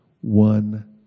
one